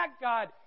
God